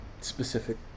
specific